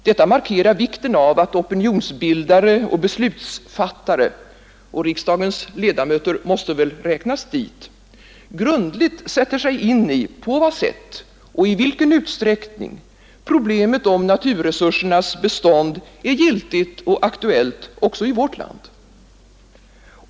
Detta markerar vikten av att opinionsbildare och beslutsfattare — och riksdagens ledamöter måste väl räknas dit — grundligt sätter sig in i på vad sätt och i vilken utsträckning problemet om naturresursernas bestånd är giltigt och aktuellt också i vårt land.